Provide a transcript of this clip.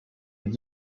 avec